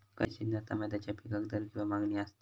खयच्या सिजनात तमात्याच्या पीकाक दर किंवा मागणी आसता?